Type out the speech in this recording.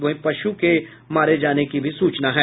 वहीं पशुओं के मारे जाने की भी सूचना है